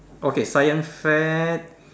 okay science fair